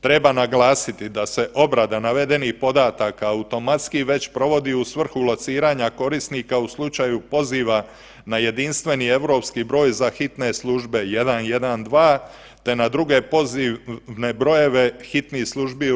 Treba naglasiti da se obrada navedenih podataka automatski već provodi u svrhu lociranja korisnika u slučaju poziva na jedinstveni europski broj za hitne službe 112 te na druge pozivne brojeve hitnih službi u RH.